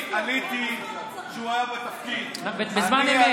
אני עליתי כשהוא היה בתפקיד, בזמן אמת.